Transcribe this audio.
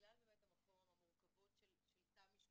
בגלל המקום, המורכבות של תא משפחתי,